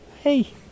hey